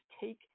take